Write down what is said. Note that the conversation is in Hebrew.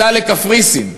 סע לקפריסין.